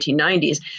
1990s